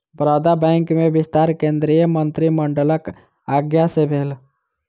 बड़ौदा बैंक में विस्तार केंद्रीय मंत्रिमंडलक आज्ञा सँ भेल